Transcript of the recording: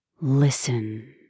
Listen